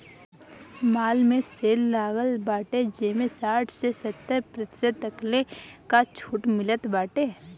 माल में सेल लागल बाटे जेमें साठ से सत्तर प्रतिशत तकले कअ छुट मिलत बाटे